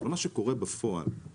אבל מה שקורה בפועל,